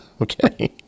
okay